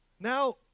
Now